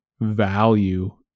value